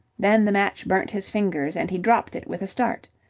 then the match burnt his fingers, and he dropped it with a start.